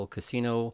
Casino